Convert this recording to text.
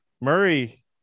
Murray